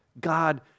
God